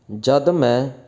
ਜਦੋਂ ਮੈਂ